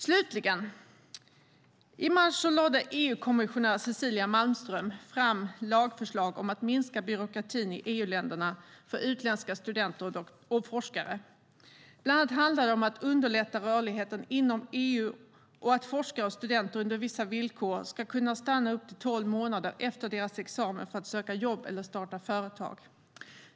Slutligen: I mars lade EU-kommissionär Cecilia Malmström fram lagförslag om att minska byråkratin i EU-länderna för utländska studenter och forskare. Bland annat handlar det om att underlätta rörligheten inom EU och att forskare och studenter under vissa villkor ska kunna stanna upp till tolv månader efter examen för att söka jobb eller starta företag.